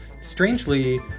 Strangely